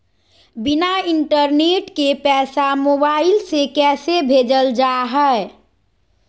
बिना इंटरनेट के पैसा मोबाइल से कैसे भेजल जा है?